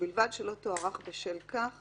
ובלבד שלא תוארך בשל כך